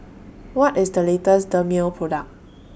What IS The latest Dermale Product